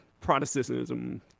Protestantism